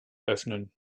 öffnen